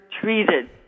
treated